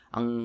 Ang